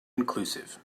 inclusive